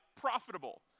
profitable